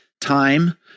time